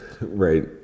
Right